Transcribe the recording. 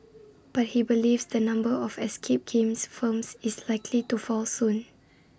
but he believes the number of escape game firms is likely to fall soon